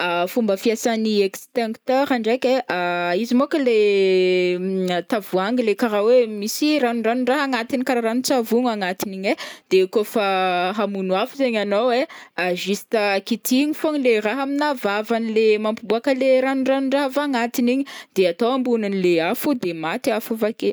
Fomba fiasan'ny extincteur zegny, izy môkany le tavoahangy le karaha hoe misy ranoranon-draha agnatiny karaha ranontsavony agnatiny igny e, kaofa hamono afo zegny agnao e, juste kitihina fogna le raha amina vavany le mampiboaka le ranoranon-draha avy agnatiny de atao ambonin'le afo de maty afo i avake.